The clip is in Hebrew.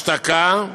השתקה,